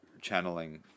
channeling